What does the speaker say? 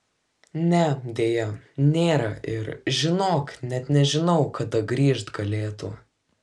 ne deja nėra ir žinok net nežinau kada grįžt galėtų